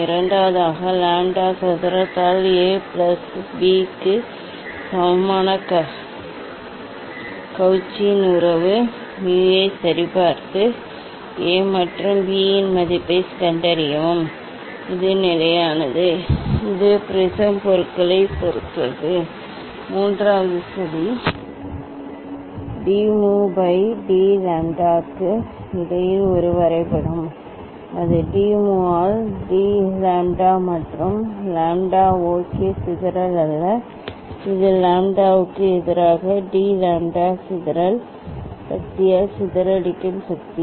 இரண்டாவதாக லாம்ப்டா சதுரத்தால் A plus B க்கு சமமான கவுச்சியின் உறவு mu ஐ சரிபார்த்து A மற்றும் B இன் மதிப்பைக் கண்டறியவும் இது நிலையானது இது ப்ரிஸம் பொருட்களைப் பொறுத்தது மூன்றாவது சதி d mu by d lambda க்கு இடையில் ஒரு வரைபடம் அது d mu ஆல் d lambda மற்றும் lambda ok சிதறல் அல்ல இது லாம்ப்டாவுக்கு எதிராக டி லாம்ப்டா சிதறல் சக்தியால் சிதறடிக்கும் சக்தி